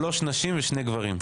שלוש נשים ושני גברים.